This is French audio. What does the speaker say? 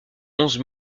onze